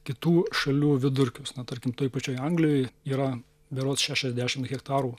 kitų šalių vidurkius na tarkim toj pačioj anglijoj yra berods šešiasdešimt hektarų